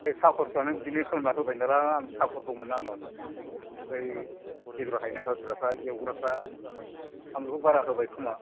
बे साकरफ्रानो बिदिनो खालामना होबायदालां साकर दंमोन ना आंनाव बै बेदर हायना हरग्राफ्रा एवग्राफ्रा फानलुखौ बारा होबायखोमा